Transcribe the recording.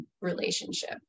relationship